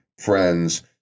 friends